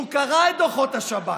והוא קרא את דוחות השב"כ,